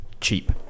cheap